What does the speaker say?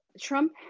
Trump